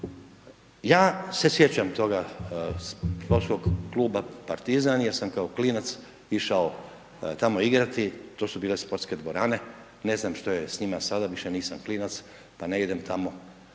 Ja se sjeća toga sportskog kluba Partizan jer sam kao klinac išao tamo igrati, to su bile sportske dvorane, ne znam što je sa njima sada više nisam klinac pa ne idem tamo.